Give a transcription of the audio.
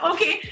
Okay